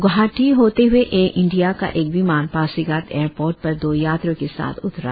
गौहाटी होते हुए Air India का एक विमान पासीघाट एयर पोर्ट पर दो यात्रियों के साथ उतरा